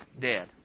dead